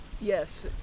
Yes